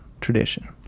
tradition